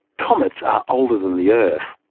comets are older than the earth.